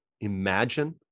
imagine